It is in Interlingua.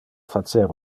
facer